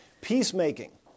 peacemaking